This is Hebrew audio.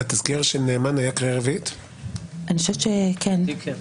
בתזכיר של נאמן הייתה קריאה רביעית?